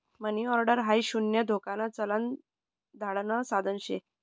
मनी order हाई शून्य धोकान चलन धाडण साधन शे